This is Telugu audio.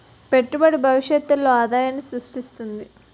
పెట్టుబడి భవిష్యత్తులో ఆదాయాన్ని స్రృష్టిస్తుంది